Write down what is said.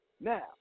Now